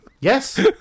yes